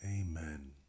Amen